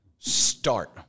start